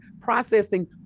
processing